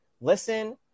listen